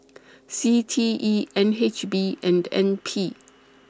C T E N H B and N P